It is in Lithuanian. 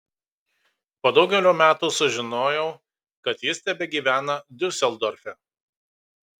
po daugelio metų sužinojau kad jis tebegyvena diuseldorfe